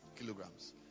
kilograms